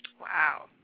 Wow